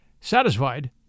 Satisfied